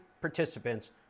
participants